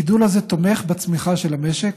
הגידול הזה תומך בצמיחה של המשק,